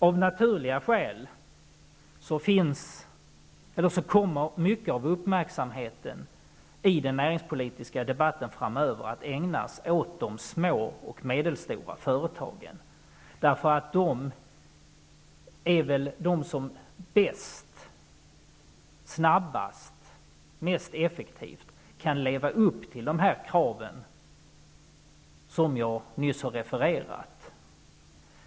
Av naturliga skäl kommer mycket av uppmärksamheten i den näringspolitiska debatten framöver att ägnas de små och medelstora företagen. Det är de som bäst, snabbast och mest effektivt kan leva upp till de krav jag nyss har refererat.